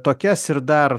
tokias ir dar